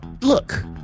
look